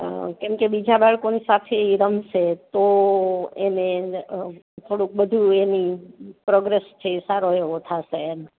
કેમકે બીજા બાળકોને સાથે એ રમશે તો એને થોડુંક બધુ એની પ્રોગ્રેશ છે એ સારો એવો થશે એમ